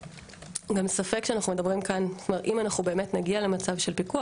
אם אנחנו באמת נגיע למצב של פיקוח,